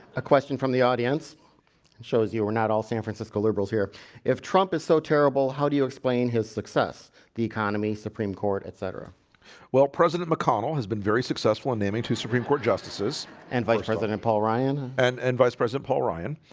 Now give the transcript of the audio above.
a question from the audience shows you we're not all san francisco liberals here if trump is so terrible how do you explain his success the economy supreme court, etc well president mcconnell has been very successful in naming two supreme court justices and vice president paul ryan and and vice president paul ryan